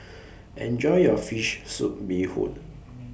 Enjoy your Fish Soup Bee Hoon